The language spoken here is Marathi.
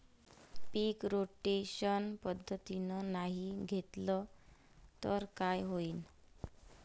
पीक रोटेशन पद्धतीनं नाही घेतलं तर काय होईन?